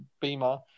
Beamer